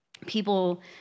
People